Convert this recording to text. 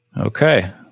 Okay